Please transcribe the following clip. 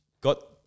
got –